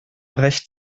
recht